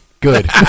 Good